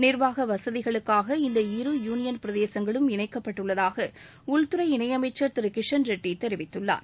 நிர்வாக வசதிகளுக்காக இந்த இரு யூளியன் பிரதேசங்களும் இணைக்கப்பட்டுள்ளதாக உள்துறை இணையமைச்சர் திரு கிஷன் ரெட்டி தெரிவித்துள்ளார்